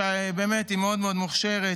שהיא באמת מאוד מאוד מוכשרת,